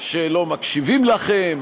שלא מקשיבים לכם